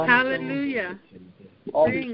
Hallelujah